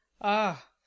Ah